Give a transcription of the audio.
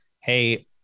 Hey